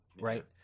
right